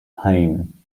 haim